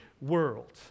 world